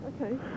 Okay